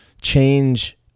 change